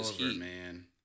man